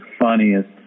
funniest